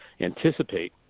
anticipate